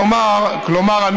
כלומר,